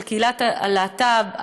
של קהילת הלהט"ב,